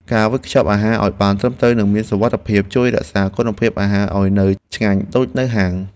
ការវេចខ្ចប់អាហារឱ្យបានត្រឹមត្រូវនិងមានសុវត្ថិភាព ជួយរក្សាគុណភាពអាហារឱ្យនៅឆ្ងាញ់ដូចនៅហាង។